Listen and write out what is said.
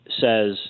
says